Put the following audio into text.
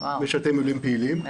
משרתי מילואים פעילים.